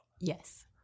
Yes